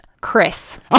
Chris